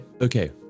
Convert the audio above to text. Okay